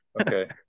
Okay